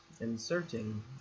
inserting